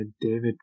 david